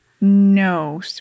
No